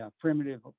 primitive